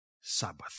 Sabbath